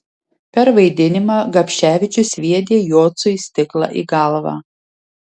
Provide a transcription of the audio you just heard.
per vaidinimą gapševičius sviedė jocui stiklą į galvą